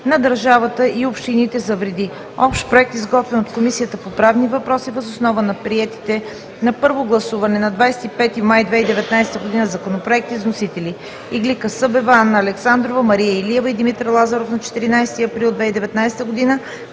на държавата и общините за вреди. Общ проект, изготвен от Комисията по правни въпроси въз основа на приетите на първо гласуване на 29 май 2019 г. законопроекти, с вносители: Иглика Събева, Анна Александрова, Мария Илиева и Димитър Лазаров, 12 април 2019 г.;